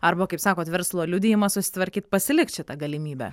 arba kaip sakot verslo liudijimą susitvarkyt pasilikt šitą galimybę